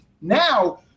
Now